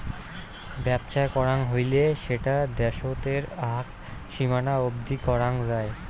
বেপছা করাং হৈলে সেটা দ্যাশোতের আক সীমানা অবদি করাং যাই